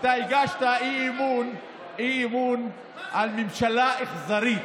אתה הגשת אי-אמון על ממשלה אכזרית,